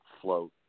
float